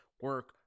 Work